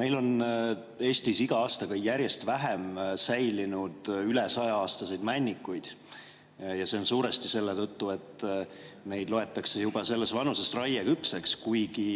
Meil on Eestis iga aastaga järjest vähem säilinud üle saja‑aastaseid männikuid. See on suuresti selle tõttu, et neid loetakse juba selles vanuses raieküpseks, kuigi